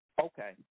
Okay